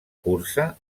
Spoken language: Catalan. cursa